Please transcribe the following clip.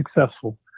successful